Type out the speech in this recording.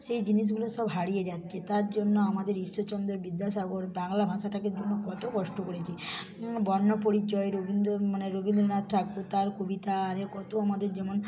সেই জিনিসগুলো সব হারিয়ে যাচ্ছে তার জন্য আমাদের ঈশ্বরচন্দ্র বিদ্যাসাগর বাংলা ভাষাটাকের জন্য কত কষ্ট করেছে বর্ণপরিচয় রবীন্দ্র মানে রবীন্দ্রনাথ ঠাকুর তার কবিতা আরে কত আমাদের যেমন